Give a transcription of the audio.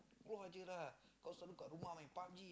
keluar je lah kau selalu kat rumah main Pub-G